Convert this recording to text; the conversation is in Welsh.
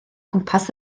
gwmpas